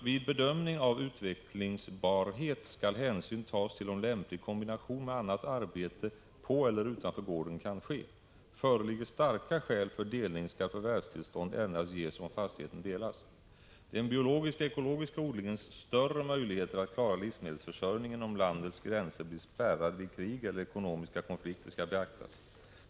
Vid bedömning av utvecklingsbarhet skall hänsyn tas till om lämplig kombination med annat arbete på eller utanför gården kan ske. Föreligger starka skäl för delning skall förvärvstillstånd endast ges om fastigheten delas. Den biologisk-ekologiska odlingens större möjligheter att klara livsmedelsförsörjningen om landets gränser blir spärrade vid krig eller ekonomiska konflikter skall beaktas.